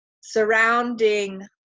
surrounding